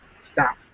stop